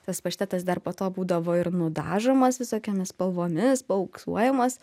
tas paštetas dar po to būdavo ir nudažomas visokiomis spalvomis paauksuojamas